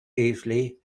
easley